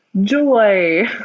Joy